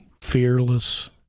fearless